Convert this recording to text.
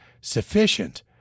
sufficient